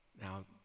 Now